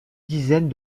dizaine